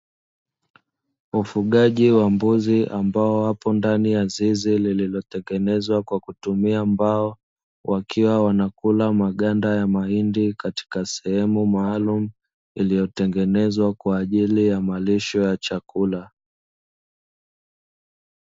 Ufugaji wa mbuzi ambao wapo ndani ya zizi lililotengenezwa kwa kutumia mbao, wakiwa wanakula maganda ya mahindi katika sehemu maalumu iliyotengenezwa kwa ajili ya malisho ya chakula.